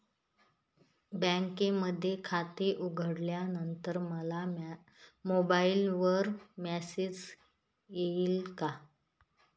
बँकेमध्ये खाते उघडल्यानंतर मला मोबाईलवर मेसेज येईल का?